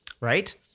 right